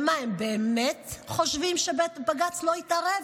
מה, הם באמת חושבים שבג"ץ לא יתערב?